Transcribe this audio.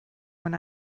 when